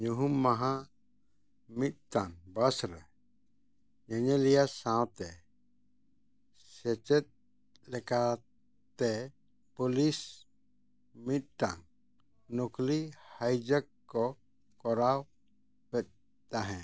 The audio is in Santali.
ᱧᱩᱦᱩᱢ ᱢᱟᱦᱟ ᱢᱤᱫᱴᱟᱝ ᱵᱟᱥ ᱨᱮ ᱧᱮᱧᱮᱞᱤᱭᱟᱹ ᱥᱟᱶᱛᱮ ᱥᱮᱪᱮᱫ ᱞᱮᱠᱟᱛᱮ ᱯᱩᱞᱤᱥ ᱢᱤᱫᱴᱟᱝ ᱱᱚᱠᱨᱤ ᱦᱟᱭᱡᱟᱠ ᱠᱚ ᱠᱚᱨᱟᱣᱮᱫ ᱛᱟᱦᱮᱸ